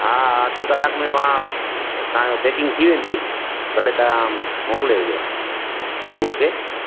हा अधि कलाकु में मां तव्हांजो पैंकिंग थी वेंदी भले तव्हां मोकिले विझो बब्बूअ खे